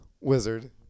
Wizard